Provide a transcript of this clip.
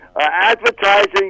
advertising